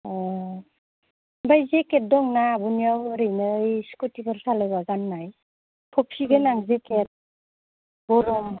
अ ओमफ्राय जेकेत दंना आब'नियाव ओरैनो ओइ स्कुटिफोर सालायबा गाननाय थफि गोनां जेकेत गरम